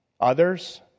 others